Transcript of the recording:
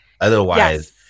otherwise